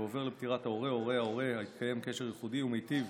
ועובר לפטירת ההורה או הורי ההורה התקיים קשר ייחודי ומיטיב